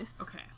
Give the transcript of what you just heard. Okay